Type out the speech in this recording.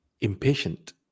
impatient